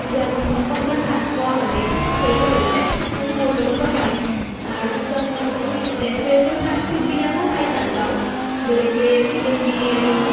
যে আমাক অকণমান ভাত পোৱা হ'লে সেইটো হৈ যায় সেইটো মোৰ লগতো হয় তাৰপিছত মই ৰেষ্টুৰেণ্টৰ ফাষ্টফুডবিলাকো খাই ভাল পাওঁ যেনেকৈ চিকেন বিৰিয়ানী